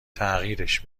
تغییرش